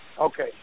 Okay